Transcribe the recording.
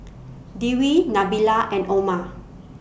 Dewi Nabila and Omar